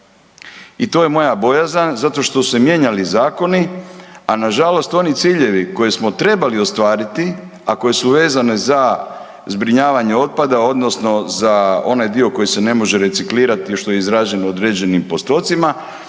I to je moja bojazan zato što su se mijenjali zakoni, a nažalost oni ciljevi koje smo trebali ostvariti, a koji su vezani za zbrinjavanje otpada odnosno za onaj dio koji se ne može reciklirati, a što je izraženo u određenim postocima